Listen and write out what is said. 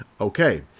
Okay